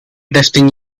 testing